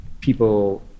people